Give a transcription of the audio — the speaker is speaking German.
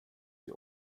die